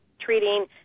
treating